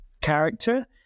character